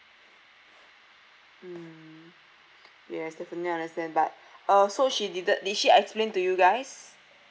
mm yes definitely understand but uh so she didn't did she explained to you guys